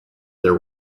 there